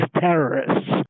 terrorists